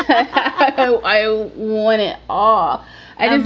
i i want it all i